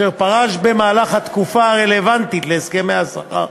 אשר פרש במהלך התקופה הרלוונטית להסכמי השכר,